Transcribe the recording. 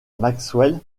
maxwell